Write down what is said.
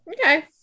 Okay